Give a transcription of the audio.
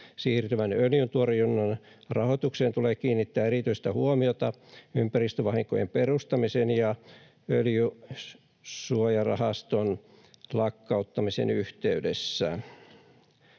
siirtyvän öljyntorjunnan rahoitukseen tulee kiinnittää erityistä huomiota ympäristövahinkojen perustamisen ja öljysuojarahaston lakkauttamisen yhteydessä.